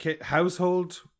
household